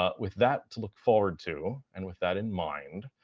ah with that to look forward to and with that in mind,